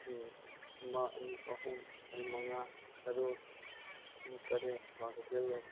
ꯎꯝ ꯑꯃ ꯑꯅꯤ ꯑꯍꯨꯝ ꯃꯔꯤ ꯃꯉꯥ ꯇꯔꯨꯛ ꯇꯔꯦꯠ ꯀ꯭ꯋꯥꯀꯩꯊꯦꯜ